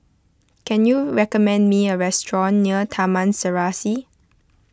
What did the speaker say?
can you recommend me a restaurant near Taman Serasi